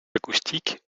acoustique